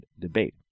debate